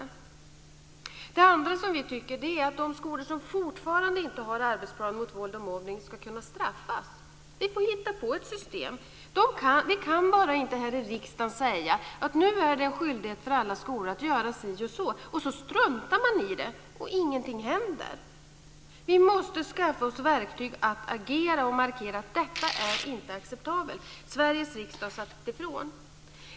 För det andra: Enligt vår mening ska de skolor som fortfarande inte har en arbetsplan mot våld och mobbning kunna straffas. Vi får hitta på ett system för detta. Vi kan bara inte här i riksdagen säga att det nu är en skyldighet för alla skolor att göra si och så, utan att någonting händer när man sedan struntar i det. Man måste skaffa sig verktyg för att agera och markera att detta inte är acceptabelt - Sveriges riksdag har sagt ifrån.